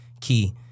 Key